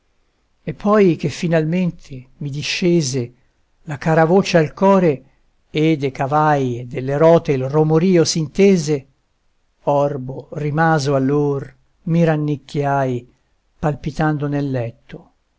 e poi che finalmente mi discese la cara voce al core e de cavai e delle rote il romorio s'intese orbo rimaso allor mi rannicchiai palpitando nel letto